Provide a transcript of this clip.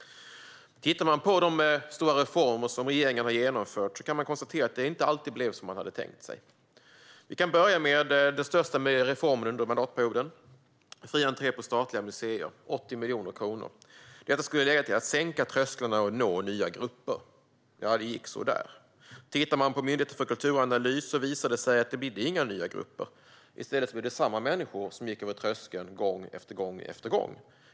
När det gäller de stora reformer som regeringen har genomfört kan vi konstatera att det inte alltid blev som man hade tänkt sig. Vi kan börja med den största reformen under mandatperioden, fri entré till statliga museer, 80 miljoner kronor. Detta skulle leda till att sänka trösklarna och nå nya grupper. Ja, det gick så där. Tittar man på Myndigheten för kulturanalys visar det sig att det inte bidde några nya grupper. I stället blev det samma människor som gick över tröskeln gång efter gång.